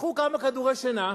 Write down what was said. תיקחו כמה כדורי שינה,